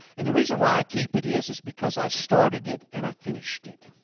and the reason why i keep it is, is because i started it and i finished it.